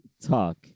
talk